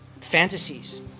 fantasies